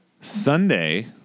Sunday